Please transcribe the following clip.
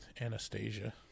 Anastasia